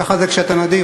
ככה זה כשאתה נדיב,